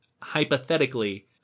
hypothetically